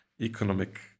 economic